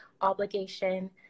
obligation